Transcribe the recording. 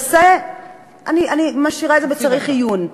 אני משאירה את זה בצריך עיון.